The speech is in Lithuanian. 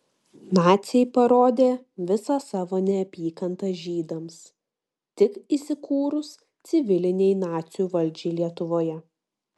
naciai parodė visą savo neapykantą žydams tik įsikūrus civilinei nacių valdžiai lietuvoje